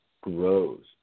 grows